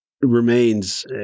remains